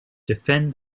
defend